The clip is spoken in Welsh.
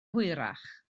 hwyrach